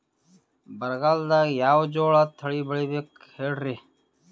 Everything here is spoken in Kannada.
ಬರಗಾಲದಾಗ್ ಯಾವ ಜೋಳ ತಳಿ ಬೆಳಿಬೇಕ ಹೇಳ್ರಿ?